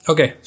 Okay